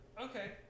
Okay